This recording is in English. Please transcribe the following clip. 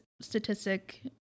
statistic